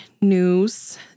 News